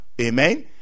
amen